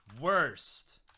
worst